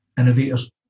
innovators